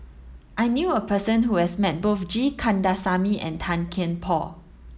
I knew a person who has met both G Kandasamy and Tan Kian Por